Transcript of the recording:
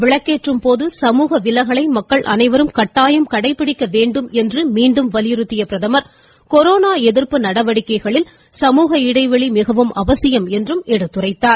விளக்கேற்றும் போது சமூக விலகலை மக்கள் அனைவரும் கட்டாயம் கடைபிடிக்க வேண்டும் என்று மீண்டும் வலியுறுத்திய பிரதமர் கொரோனா எதிர்ப்பு நடவடிக்கைகளில் சமூக இடைவெளி மிகவும் அவசியம் என்றும் எடுத்துரைத்தார்